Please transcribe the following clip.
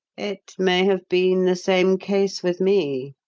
it may have been the same case with me.